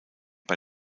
bei